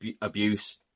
abuse